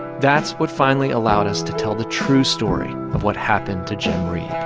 that's what finally allowed us to tell the true story of what happened to jim reeb